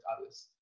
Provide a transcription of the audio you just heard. others